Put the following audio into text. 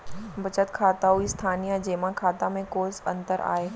बचत खाता अऊ स्थानीय जेमा खाता में कोस अंतर आय?